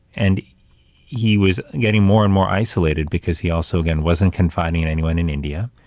and he was getting more and more isolated, because he also, again, wasn't confiding and anyone in india.